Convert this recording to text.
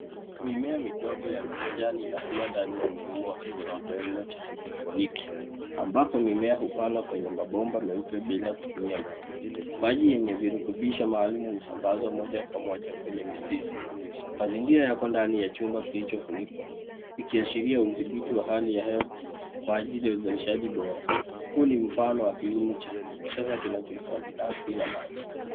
Mimea midogo ya kijani inakua ndani ya mfumo wa kisasa wa kilimo cha hydroponiki, ambapo mimea hupandwa kwenye mabomba meupe bila kutumia mchanga. Maji yenye virutubisho maalum husambazwa moja kwa moja kwenye mizizi. Mazingira yako ndani ya chumba kilichofunikwa ikiashiria udhibiti wa hali ya hewa kwa ajili ya uzalishaji bora. Huu ni mfano wa kilimo cha kisasa kinachohifadhi ardhi na maji.